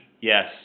Yes